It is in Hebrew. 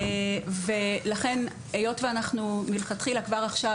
לכן היות ואנחנו מלכתחילה כבר עכשיו,